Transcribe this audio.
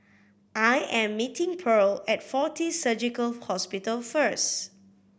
I am meeting Pearle at Fortis Surgical Hospital first